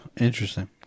Interesting